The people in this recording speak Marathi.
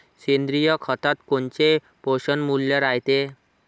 सेंद्रिय खतात कोनचे पोषनमूल्य रायते?